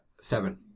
seven